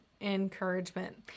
encouragement